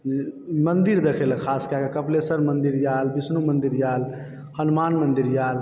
मन्दिर देखयलऽ खास कएके कपिलेश्वर मन्दिर आयल बिष्णु मन्दिर आयल हनुमान मन्दिर आयल